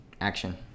Action